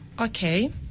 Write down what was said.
okay